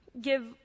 give